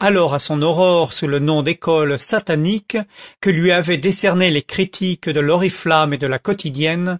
alors à son aurore sous le nom d'école satanique que lui avaient décerné les critiques de l'oriflamme et de la quotidienne